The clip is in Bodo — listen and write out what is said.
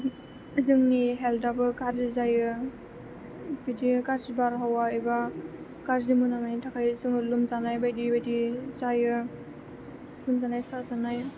हेल्थाबो गाज्रि जायो बिदि गाज्रि बारहावा एबा गाज्रि मोनामनायनि थाखाय जोङो लोमजानाय बायदि बायदि जायो लोमजानाय साजानाय